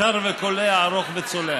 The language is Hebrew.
קצר וקולע, ארוך וצולע.